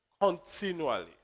continually